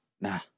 Nah